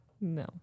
no